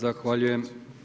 Zahvaljujem.